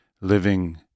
living